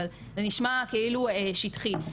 אבל זה נשמע כאילו שטחי,